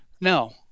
No